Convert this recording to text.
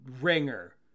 ringer